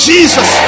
Jesus